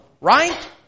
right